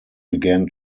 began